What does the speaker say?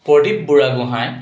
Pradip Burhagohain